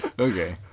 Okay